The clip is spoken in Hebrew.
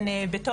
בית ספר אחר,